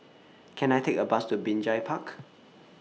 Can I Take A Bus to Binjai Park